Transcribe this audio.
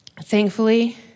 thankfully